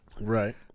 Right